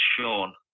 Sean